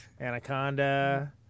Anaconda